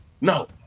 No